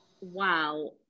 wow